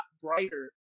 brighter